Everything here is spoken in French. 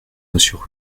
monsieur